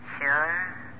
Sure